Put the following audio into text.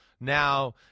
Now